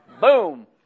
Boom